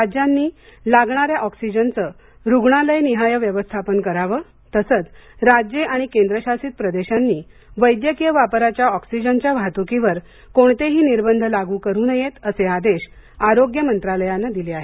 राज्यांनी लागणाऱ्या ऑक्सिजनचं रुग्णालयनिहाय व्यवस्थापन करावं तसंच राज्ये आणि केंद्रशासित प्रदेशांनी वैद्यकीय वापराच्या ऑक्सिजनच्या वाहतुकीवर कोणतेही निर्बंध लागू करू नयेत असे आदेश आरोग्य मंत्रालयाने दिले आहेत